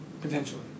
potentially